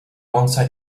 alongside